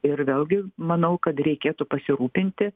ir vėlgi manau kad reikėtų pasirūpinti